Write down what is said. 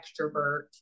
extrovert